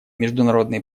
международные